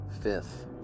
fifth